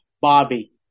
Bobby